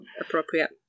appropriate